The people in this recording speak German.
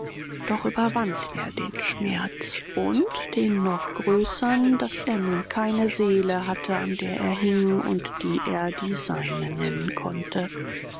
doch überwand er den schmerz und den noch größern daß er nun keine seele hatte an der er hing und die er die seine nennen konnte